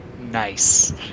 Nice